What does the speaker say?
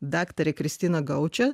daktarė kristina gaučė